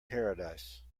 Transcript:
paradise